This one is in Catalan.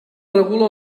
regula